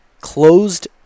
closed